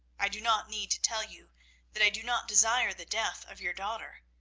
i do not need to tell you that i do not desire the death of your daughter.